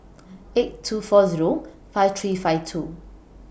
eight two four Zero five three five two